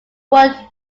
would